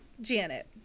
Janet